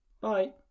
Bye